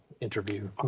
interview